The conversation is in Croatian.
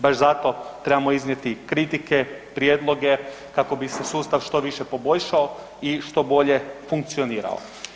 Baš zato trebamo iznijeti kritike i prijedloge kako bi se sustav što više poboljšao i što bolje funkcionirao.